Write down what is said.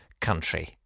country